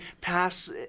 pass